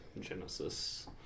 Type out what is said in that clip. Genesis